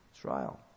trial